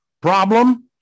problem